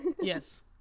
Yes